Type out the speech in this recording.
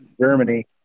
Germany